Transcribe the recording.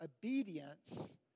obedience